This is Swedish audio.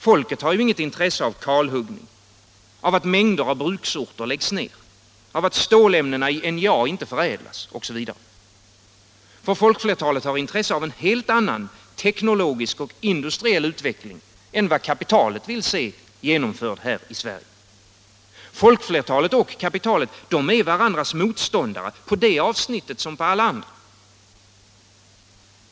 Folket har ju inget intresse av kalhuggning, av att mängder av bruksorter läggs ner, att stålämnena i NJA inte förädlas osv. Folkflertalet har intresse av en helt annan teknologisk och industriell utveckling än vad kapitalet vill se genomförd här i Sverige. Folkflertalet och kapitalet är varandras motståndare på det avsnittet som på alla andra.